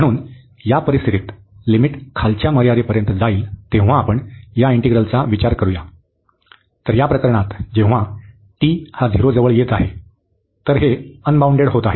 म्हणून या परिस्थितीत लिमिट खालच्या मर्यादेपर्यंत जाईल तेव्हा आपण या इंटिग्रलचा विचार करूया तर या प्रकरणात जेव्हा t हा झिरो जवळ येत आहे तर हे अनबाऊंडेड होत आहे